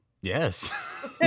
Yes